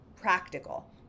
practical